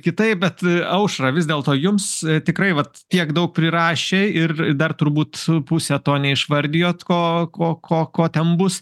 kitaip bet aušra vis dėlto jums tikrai vat tiek daug prirašei ir ir dar turbūt su puse to neišvardijot ko ko ko ko ten bus